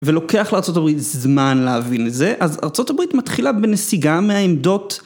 ולוקח לארצות הברית זמן להבין את זה, אז ארצות הברית מתחילה בנסיגה מהעמדות.